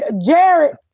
Jared